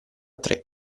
tre